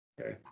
Okay